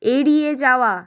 এড়িয়ে যাওয়া